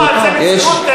זה לא, זה מציאות.